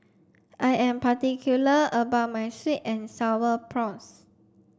I am particular about my sweet and sour prawns